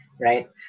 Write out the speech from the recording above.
Right